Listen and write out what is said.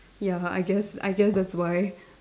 ya I guess I guess that's why